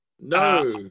No